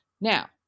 Now